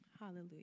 Hallelujah